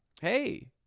Hey